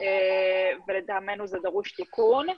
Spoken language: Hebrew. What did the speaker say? ולטעמנו זה דורש תיקון.